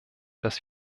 dass